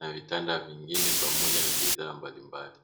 na vitanda vingine pamoja na bidhaa mbalimbali.